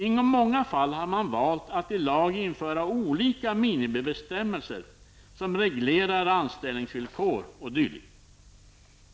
I många fall har man valt att i lag införa olika minimibestämmelser som reglerar anställningsvillkor o.d.